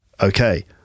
Okay